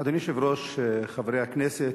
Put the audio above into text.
אדוני היושב-ראש, חברי הכנסת,